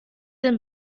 denn